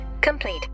complete